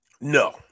No